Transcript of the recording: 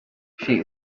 she